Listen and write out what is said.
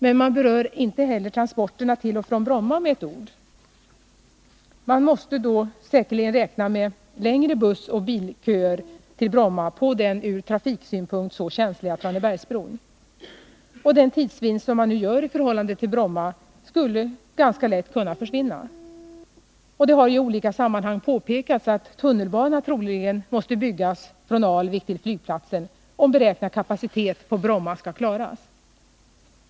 Men man berör inte heller transporterna till och från Bromma med ett ord. Man måste säkerligen räkna med längre bussoch bilköer till Bromma på den från trafiksynpunkt så känsliga Tranebergsbron. Den tidsvinst som man nu gör i förhållande till Arlanda skulle ganska lätt kunna försvinna. Det har i olika sammanhang påpekats att tunnelbana troligen måste byggas från Alvik till flygplatsen, om beräknad kapacitet på Bromma skall klaras.